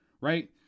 right